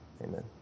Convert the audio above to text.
Amen